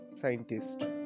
scientist